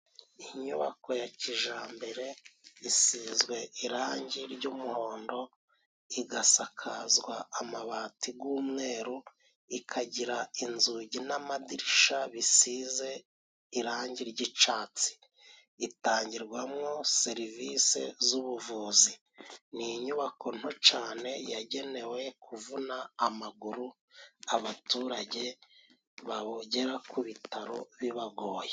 Inyubako ya kijambere isizwe irangi ry'umuhondo, igasakazwa amabati g'umweru, ikagira inzugi n'amadirishya bisize irangi ry'icatsi. Itangirwamwo serivise z'ubuvuzi. Ni inyubako nto cane yagenewe kuvuna amaguru abaturage bagera ku bitaro bibagoye.